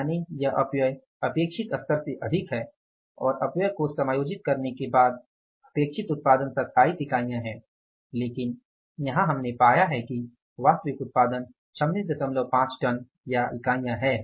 यानि यह अपव्यय अपेक्षित स्तर से अधिक है और अपव्यय को समायोजित करने के बाद अपेक्षित उत्पादन 27 इकाइयां है लेकिन यहां हमने पाया है कि वास्तविक उत्पादन 265 टन इकाइयां है